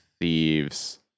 Thieves